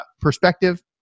perspective